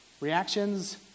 reactions